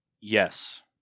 Yes